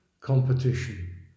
competition